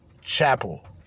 Chapel